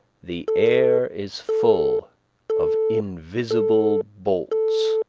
the air is full of invisible bolts.